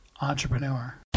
Entrepreneur